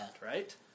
right